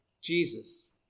Jesus